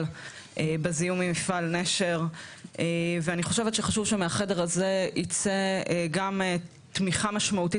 בזיהומים ממפעל נשר ואני חושבת שחשוב שמהחדר הזה ייצא גם תמיכה משמעותית